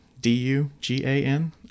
D-U-G-A-N